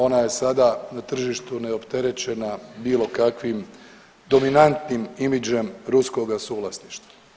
Ona je sada na tržištu neopterećena bilo kakvim dominantnim imidžem ruskoga suvlasništva.